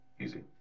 easy